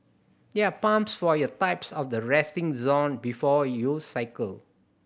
there are pumps for your types of the resting zone before you cycle